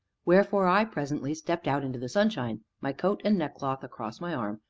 wherefore i presently stepped out into the sunshine, my coat and neckcloth across my arm,